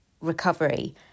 recovery